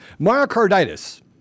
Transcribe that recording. Myocarditis